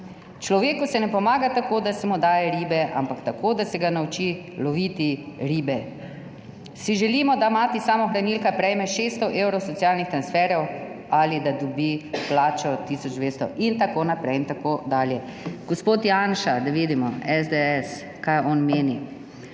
Človeku se ne pomaga tako, da se mu daje ribe, ampak tako, da se ga nauči loviti ribe. Si želimo, da mati samohranilka prejme 600 evrov socialnih transferjev ali da dobi plačo tisoč 200?« In tako naprej in tako dalje. Gospod Janša, SDS, da vidimo, kaj on meni.